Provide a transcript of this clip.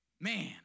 Man